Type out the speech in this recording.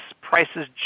prices